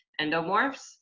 endomorphs